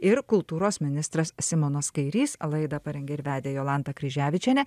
ir kultūros ministras simonas kairys laidą parengė ir vedė jolanta kryževičienė